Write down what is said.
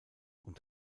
und